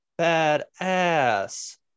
badass